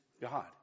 God